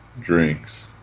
drinks